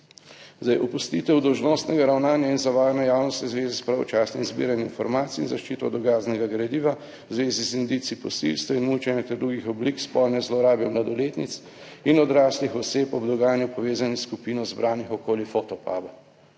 Zdaj opustitev dolžnostnega ravnanja in zavajanja javnosti v zvezi s pravočasnim zbiranjem informacij in zaščito dokaznega gradiva v zvezi z indici posilstev in mučenja, ter drugih oblik spolne zlorabe mladoletnic in odraslih oseb ob dogajanju, povezanih s skupino, zbranih okoli Fotopuba.